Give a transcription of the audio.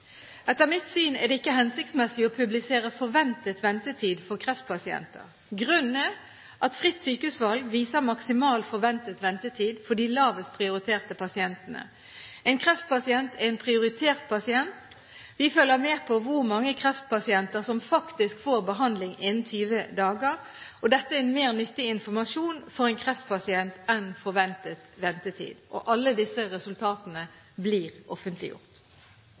Etter mitt syn er det ikke hensiktsmessig å publisere forventet ventetid for kreftpasienter. Grunnen er at ordningen med fritt sykehusvalg viser maksimal forventet ventetid for de lavest prioriterte pasientene. En kreftpasient er en prioritert pasient. Vi følger med på hvor mange kreftpasienter som faktisk får behandling innen 20 dager, og dette er mer nyttig informasjon for en kreftpasient enn forventet ventetid. Alle disse resultatene blir offentliggjort.